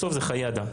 בסוף זה חיי אדם.